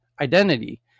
identity